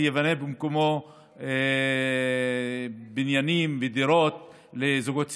וייבנו במקומו בניינים ודירות לזוגות צעירים.